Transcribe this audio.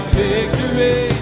victory